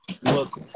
look